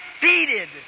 defeated